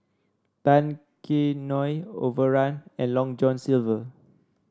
Tao Kae Noi Overrun and Long John Silver